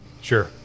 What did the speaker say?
sure